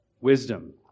wisdom